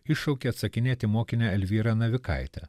iššaukė atsakinėti mokinę elvyra navikaitę